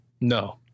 No